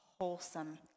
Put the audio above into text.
wholesome